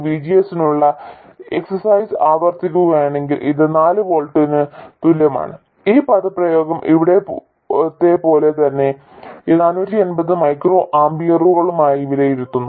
VGS നുള്ള exercise ആവർത്തിക്കുകയാണെങ്കിൽ ഇത് നാല് വോൾട്ടിന് തുല്യമാണ് ഈ പദപ്രയോഗം ഇവിടെ പോലെ തന്നെ 450 മൈക്രോ ആമ്പിയറുകളായി വിലയിരുത്തുന്നു